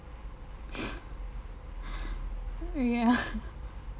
ya